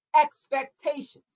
expectations